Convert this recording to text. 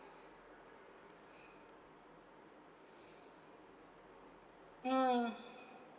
mm